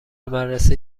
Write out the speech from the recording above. مدرسه